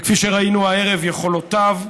כפי שראינו הערב, יכולותיו,